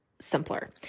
simpler